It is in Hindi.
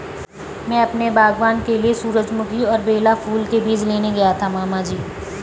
मैं अपने बागबान के लिए सूरजमुखी और बेला फूल के बीज लेने गया था मामा जी